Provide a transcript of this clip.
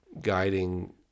guiding